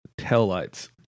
taillights